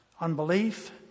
Unbelief